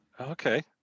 Okay